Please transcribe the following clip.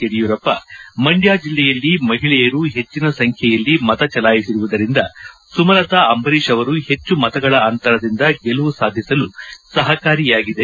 ಯಡಿಯೂರಪ್ಪ ಮಂಡ್ಕ ಜಿಲ್ಲೆಯಲ್ಲಿ ಮಹಿಳೆಯರು ಹೆಚ್ಚಿನ ಸಂಚ್ಠೆಯಲ್ಲಿ ಮತ ಚಲಾಯಿಸಿರುವುದರಿಂದ ಸುಮಲತಾ ಅಂಬರೀಶ್ ಅವರು ಹೆಚ್ಚು ಮತಗಳ ಅಂತರದಿಂದ ಗೆಲುವು ಸಾಧಿಸಲು ಸಹಕಾರಿಯಾಗಿದೆ